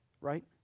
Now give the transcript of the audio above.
Right